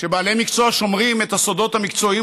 שבעלי מקצוע שומרים את הסודות המקצועיים